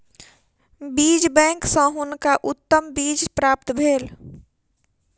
बीज बैंक सॅ हुनका उत्तम बीज प्राप्त भेल